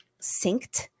synced